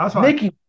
Nikki